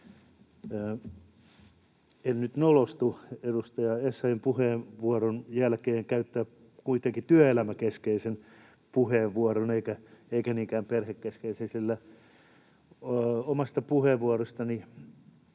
En nyt nolostu edustaja Essayahin puheenvuoron jälkeen kuitenkaan käyttää työelämäkeskeistä puheenvuoroa, eikä niinkään perhekeskeistä, sillä omasta puheenvuorostani